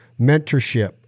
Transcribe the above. Mentorship